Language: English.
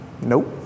Nope